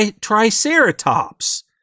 Triceratops